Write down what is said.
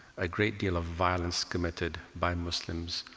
a great deal of violence committed by muslims,